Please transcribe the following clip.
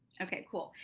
okay, cool,